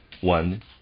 One